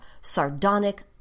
sardonic